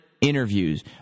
interviews